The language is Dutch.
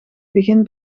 begin